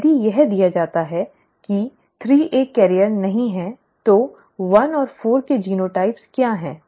यदि यह दिया जाता है कि 3 एक वाहक नहीं है तो 1 और 4 के जीनोटाइप क्या हैं